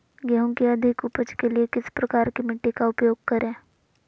गेंहू की अधिक उपज के लिए किस प्रकार की मिट्टी का उपयोग करे?